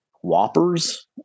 Whoppers